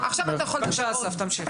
בבקשה אסף, תמשיך.